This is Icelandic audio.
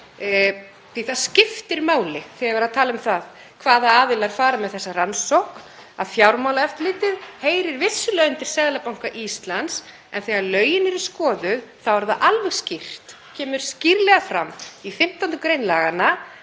að það skiptir máli, þegar verið er að tala um það hvaða aðilar fara með þessa rannsókn, að Fjármálaeftirlitið heyrir vissulega undir Seðlabanka Íslands en þegar lögin eru skoðuð þá er það alveg skýrt, kemur skýrlega fram í 15. gr. laganna,